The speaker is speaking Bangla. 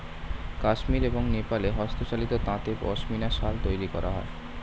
কাশ্মীর এবং নেপালে হস্তচালিত তাঁতে পশমিনা শাল তৈরি করা হয়